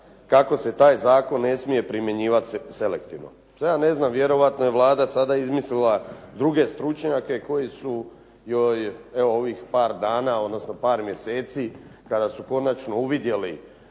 kako se taj zakon ne smije primjenjivati selektivno. To ja ne znam, vjerojatno je Vlada sada izmislila druge stručnjake koji su joj evo ovih par dana, odnosno par mjeseci kada su konačno uvidjeli